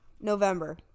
November